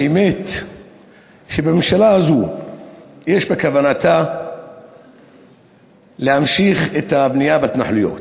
האמת שהממשלה הזו כוונתה להמשיך את הבנייה בהתנחלויות.